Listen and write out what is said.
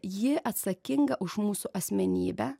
ji atsakinga už mūsų asmenybę